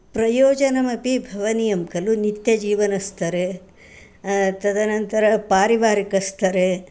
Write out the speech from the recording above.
प्रयोजनमपि भवनीयं खलु नित्यजीवनस्तरे तदनन्तर पारिवारिकस्थरे